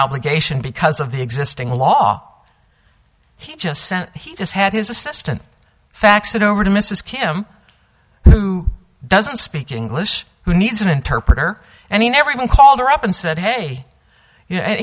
obligation because of the existing law he just sent he just had his assistant fax it over to mrs kim who doesn't speak english who needs an interpreter and he never even called her up and said hey you know